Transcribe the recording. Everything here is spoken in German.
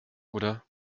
oder